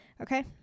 okay